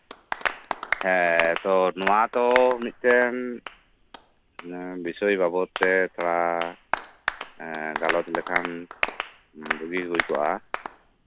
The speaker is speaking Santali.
ᱦᱮᱸ ᱛᱚ ᱱᱚᱣᱟ ᱛᱚ ᱢᱤᱫᱴᱮᱱ ᱵᱤᱥᱚᱭ ᱵᱟᱵᱚᱫ ᱛᱮ ᱛᱷᱚᱲᱟ ᱜᱟᱞᱚᱪ ᱞᱮᱠᱷᱟᱱ ᱵᱷᱟᱹᱜᱤ ᱜᱮ ᱦᱩᱭ ᱠᱚᱜᱼᱟ